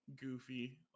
goofy